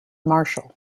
marshall